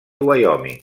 wyoming